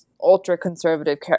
ultra-conservative